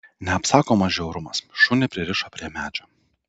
neapsakomas žiaurumas šunį pririšo prie medžio